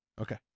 Okay